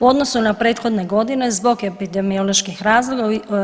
U odnosu na prethodne godine zbog epidemioloških